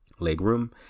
legroom